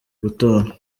gutora